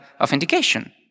authentication